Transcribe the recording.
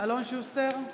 אלון שוסטר,